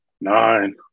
nine